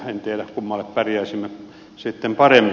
en tiedä kummalle pärjäisimme sitten paremmin